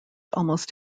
almost